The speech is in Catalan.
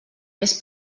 més